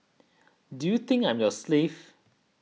do you think I'm your slave